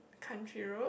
Country Road